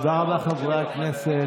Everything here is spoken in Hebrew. תודה רבה, חברי הכנסת.